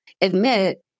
admit